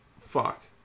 fuck